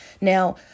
Now